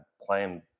playing